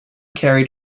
carried